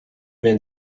been